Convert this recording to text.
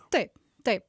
taip taip